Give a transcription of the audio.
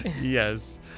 Yes